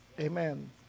Amen